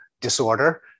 disorder